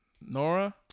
Nora